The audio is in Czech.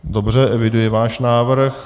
Dobře, eviduji váš návrh.